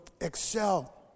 excel